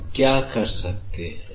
हम क्या कर सकते हैं